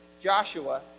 Joshua